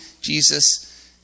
Jesus